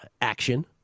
Action